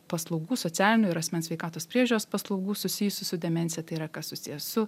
paslaugų socialinių ir asmens sveikatos priežiūros paslaugų susijusių su demencija tai yra kas susiję su